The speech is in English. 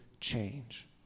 change